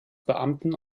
beamten